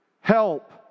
help